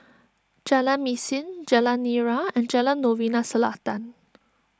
Jalan Mesin Jalan Nira and Jalan Novena Selatan